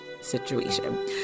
situation